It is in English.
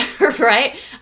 right